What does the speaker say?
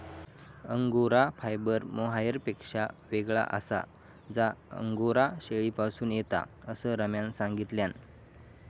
angora fibre मोहायरपेक्षा येगळा आसा जा अंगोरा शेळीपासून येता, असा रम्यान सांगल्यान